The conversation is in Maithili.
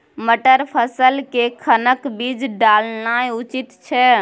मटर फसल के कखन बीज डालनाय उचित छै?